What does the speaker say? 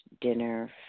dinner